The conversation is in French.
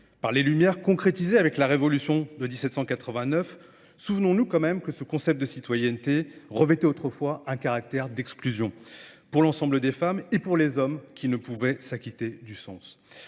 Par les lumières concrétisées avec la révolution de 1789, souvenons-nous quand même que ce concept de citoyenneté revêtait autrefois un caractère d'exclusion pour l'ensemble des femmes et pour les hommes qui ne pouvaient s'acquitter du sens.